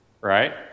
right